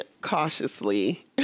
cautiously